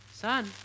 Son